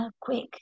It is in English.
quick